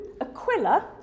Aquila